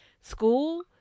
school